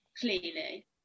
clearly